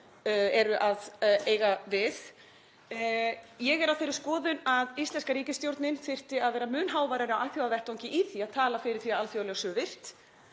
eru að eiga við. Ég er á þeirri skoðun að íslenska ríkisstjórnin þyrfti að vera mun háværari á alþjóðavettvangi í því að tala fyrir því að alþjóðalög séu virt